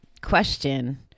question